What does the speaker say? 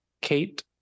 Kate